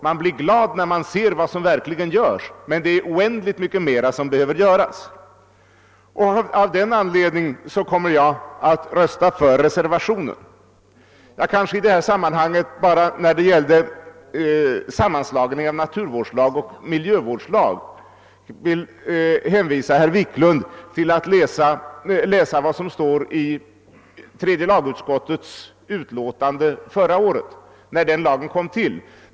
Man blir glad när man ser vad som verkligen görs, men det är oändligt mycket mer som behöver göras. Av den anledningen kommer jag att rösta för reservationen. När det gäller sammanslagningen av naturvårdslag och miljövårdslag vill jag hänvisa herr Wiklund i Stockholm till vad tredje lagutskottet skrev i sitt utlåtande förra året, när lagen kom till.